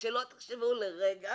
ושלא תחשבו לרגע